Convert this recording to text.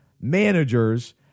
managers